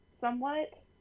somewhat